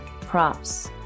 props